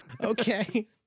okay